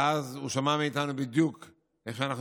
ואז הוא שמע מאיתנו בדיוק איך אנחנו